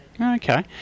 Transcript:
okay